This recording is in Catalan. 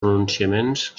pronunciaments